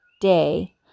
Day